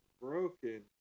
broken